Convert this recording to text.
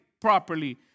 properly